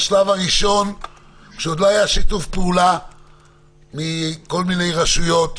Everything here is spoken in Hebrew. עוד לפני שהיה שיתוף פעולה מכל מיני רשויות,